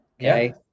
okay